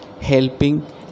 helping